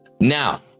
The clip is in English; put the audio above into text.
Now